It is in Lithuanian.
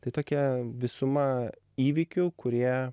tai tokia visuma įvykių kurie